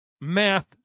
math